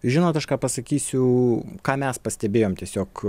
žinot aš ką pasakysiu ką mes pastebėjom tiesiog